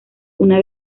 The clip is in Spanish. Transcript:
una